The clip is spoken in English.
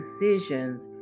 decisions